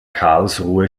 karlsruhe